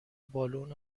بالن